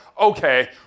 okay